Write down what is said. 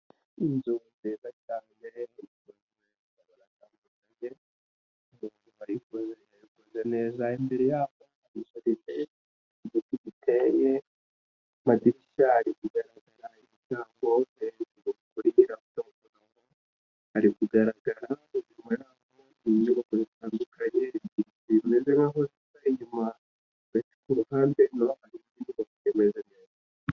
Inzovu nziza cyane imbere baratandukanyetegeko ariko iragu neza imbere y'ahoshadege igiti giteye maderishal igaragara na hotel ngokurihira ari kugaragara inyuma inyubako bitandukanye bimezeyuma hagati ku ruhande na harigombameze neza.